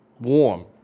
warm